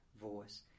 voice